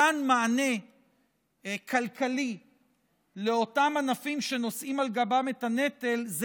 מתן מענה כלכלי לאותם ענפים שנושאים על גבם את הנטל זה